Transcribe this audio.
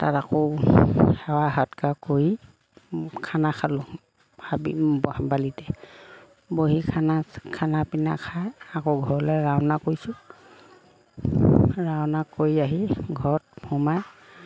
তাত আকৌ সেৱা সৎকাৰ কৰি খানা খালোঁ হাবি বালিতে বহি খানা খানা পিনা খাই আকৌ ঘৰলৈ ৰাওনা কৰিছোঁ ৰাওনা কৰি আহি ঘৰত সোমাই